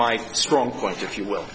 my strong point if you will